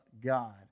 God